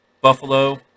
Buffalo